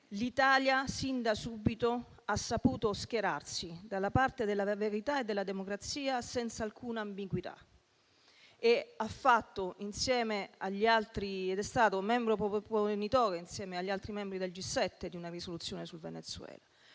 l'Italia, sin da subito, ha saputo schierarsi dalla parte della verità e della democrazia senza alcuna ambiguità ed è stato membro proponitore, insieme agli altri membri del G7, di una risoluzione sul Venezuela.